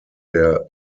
der